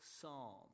psalm